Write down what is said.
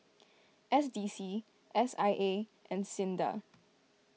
S D C S I A and Sinda